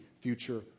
future